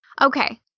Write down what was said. Okay